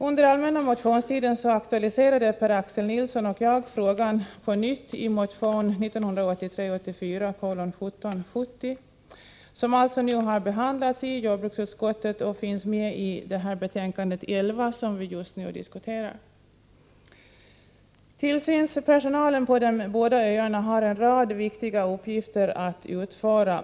Under allmänna motionstiden aktualiserade Per-Axel Nilsson och jag frågan på nytt i motion 1983/84:1770, som nu har behandlats i jordbruksutskottet och finns med i betänkande 11, som vi just nu diskuterar. Tillsynspersonalen på de båda öarna har en rad viktiga uppgifter att utföra.